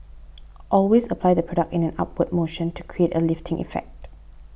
always apply the product in an upward motion to create a lifting effect